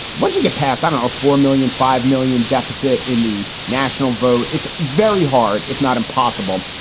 once you get past, i don't know, four million, five million deficit in the national vote, it's very hard, if not impossible,